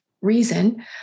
reason